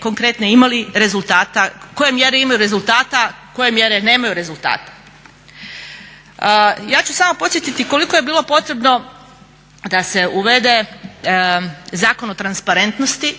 konkretni ima li rezultata, koje mjere imaju rezultata, koje mjere nemaju rezultata. Ja ću samo podsjetiti koliko je bilo potrebno da se uvede Zakon o transparentnosti